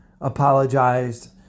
apologized